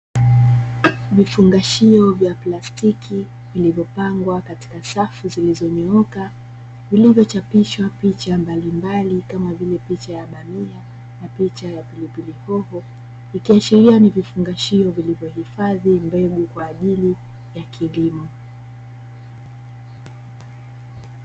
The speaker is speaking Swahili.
Vifungashio vya plastiki vilivyopangwa katika safu zilizonyooka, vilivyochapishwa picha mbalimbali kama vile picha ya bamia na picha ya pilipili hoho ikiashiria ni vifungashio vilivyohifadhi mbegu kwa ajili ya kilimo.